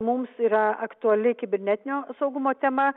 mums yra aktuali kibernetinio saugumo tema